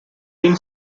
been